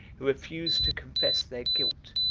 who refused to confess their guilt,